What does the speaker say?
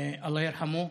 אללה ירחמו,